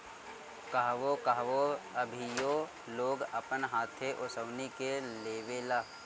कहवो कहवो अभीओ लोग अपन हाथे ओसवनी के लेवेला